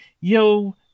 yo